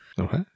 Okay